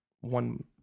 one